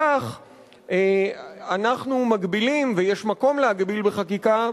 כך אנחנו מגבילים, ויש מקום להגביל בחקיקה,